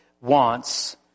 wants